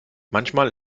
manchmal